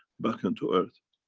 back into earth.